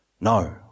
No